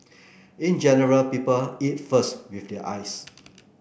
in general people eat first with their eyes